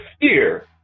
fear